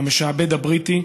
למשעבד הבריטי